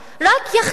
רק יחקור.